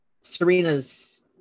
serena's